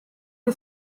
che